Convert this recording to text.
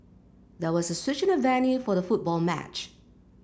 there was a switch in the venue for the football match